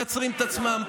מייצרים את עצמם,